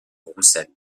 roussel